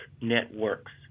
networks